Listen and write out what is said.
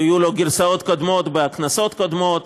היו לו גרסאות קודמות בכנסות קודמות,